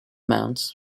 mounts